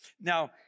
Now